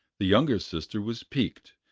the younger sister was piqued,